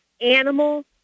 animal